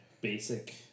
basic